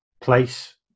place